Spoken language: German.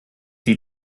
die